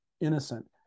innocent